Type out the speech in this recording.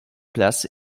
places